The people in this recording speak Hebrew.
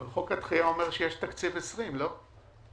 אבל חוק הדחייה אומר שיש תקציב 2020. לא.